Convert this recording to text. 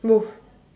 move